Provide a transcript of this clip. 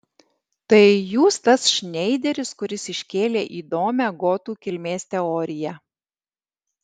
tai jūs tas šneideris kuris iškėlė įdomią gotų kilmės teoriją